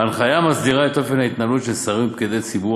ההנחיה מסדירה את אופן ההתנהלות של שרים ופקידי ציבור